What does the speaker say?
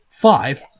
five